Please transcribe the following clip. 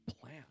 plan